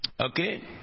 Okay